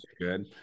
good